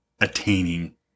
attaining